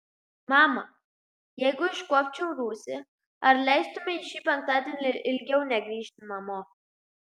mama jeigu iškuopčiau rūsį ar leistumei šį penktadienį ilgiau negrįžti namo